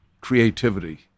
creativity